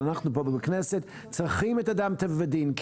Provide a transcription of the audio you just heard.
אבל אנחנו פה בכנסת צריכים את אדם טבע ודין,